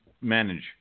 manage